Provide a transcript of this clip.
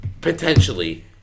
Potentially